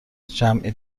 جمعی